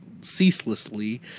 ceaselessly